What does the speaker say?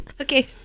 Okay